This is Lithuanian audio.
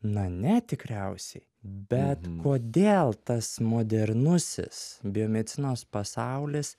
na ne tikriausiai bet kodėl tas modernusis biomedicinos pasaulis